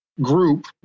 group